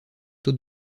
taux